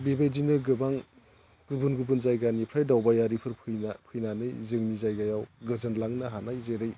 बिबायदिनो गोबां गुबुन गुबुन जायगाफोरनिफ्राय दावबायारिफोर फैनानै जोंनि जायगायाव गोजोनलांनो हानाय जेरै